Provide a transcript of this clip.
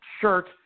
shirt